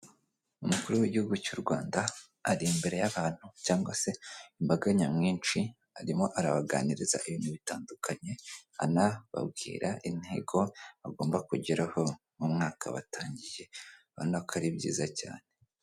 Umukuru w'igihugu cy'u Rwanda ari imbere y'abantu cyangwa se imbaga nyamwinshi arimo arabaganiriza ibintu bitandukanye anababwira intego bagomba kugeraho mu mwaka batangiye ubonako ari byiza cyane.